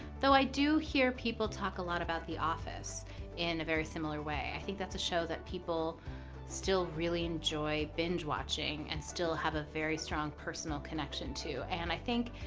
though i do hear people talk a lot about the office in a very similar way. i think that's a show that people still really enjoy binge watching and still have a very strong personal connection to. and i think,